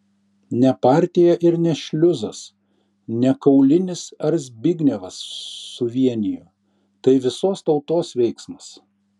ne partija ir ne šliuzas ne kaulinis ar zbignevas suvienijo tai visos tautos veiksmas